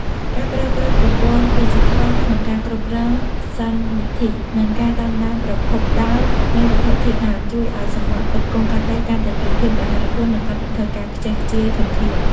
ការប្រើប្រាស់ប្រព័ន្ធឌីជីថលក្នុងការគ្រប់គ្រងសន្និធិ និងការតាមដានប្រភពដើមនៃវត្ថុធាតុដើម ជួយឱ្យសង្វាក់ផ្គត់ផ្គង់កាត់ដេរកាន់តែមានភាពរហ័សរហួន និងកាត់បន្ថយការខ្ជះខ្ជាយធនធាន។